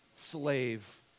slave